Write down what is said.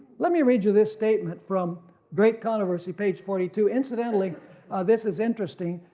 let me read you this statement from great controversy page forty two. incidentally this is interesting,